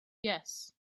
yes